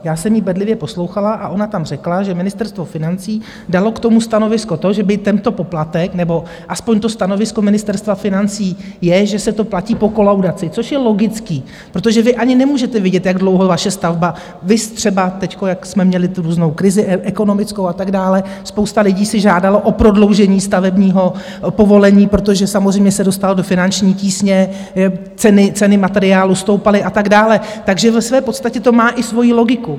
Já jsem ji bedlivě poslouchala a ona řekla, že Ministerstvo financí dalo k tomu stanovisko to, že by tento poplatek nebo aspoň to stanovisko Ministerstva financí je, že se to platí po kolaudaci, což je logické, protože vy ani nemůžete vědět, jak dlouho vaše stavba, viz třeba teď jak jsme měli tu různou krizi ekonomickou a tak dále, spousta lidí si žádalo o prodloužení stavebního povolení, protože samozřejmě se dostalo do finanční tísně, ceny materiálu stoupaly a tak dále, takže ve své podstatě to má i svoji logiku.